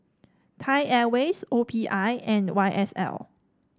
Thai Airways O P I and Y S L